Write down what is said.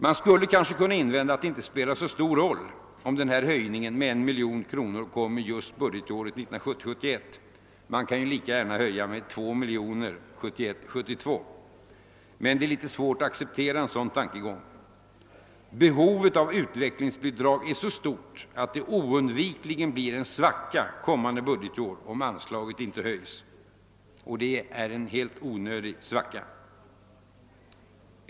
Man skulle kanske kunna invända att det inte spelar så stor roll om denna höjning med 1 miljon kronor kommer just budgetåret 1970 72 -— men det är litet svårt att acceptera en sådan tankegång. Behovet av utvecklingsbidrag är så stort att det oundvikligen blir en svacka kommande budgetår om anslaget inte höjs, och det är en helt onödig svacka.